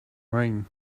ring